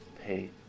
pay